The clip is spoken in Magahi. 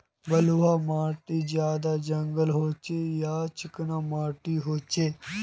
बलवाह माटित ज्यादा जंगल होचे ने ज्यादा चिकना माटित होचए?